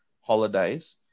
holidays